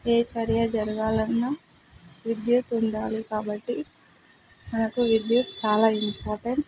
ఏ చర్య జరగాలన్నా విద్యుత్తు ఉండాలి కాబట్టి నాకు విద్యుత్తు చాలా ఇంపార్టెంట్